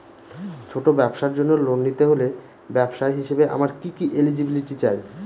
ছোট ব্যবসার জন্য লোন নিতে হলে ব্যবসায়ী হিসেবে আমার কি কি এলিজিবিলিটি চাই?